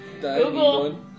Google